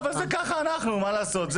אבל ככה אנחנו, מה לעשות.